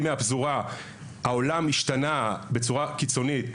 העולם השתנה בצורה קיצונית,